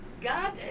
God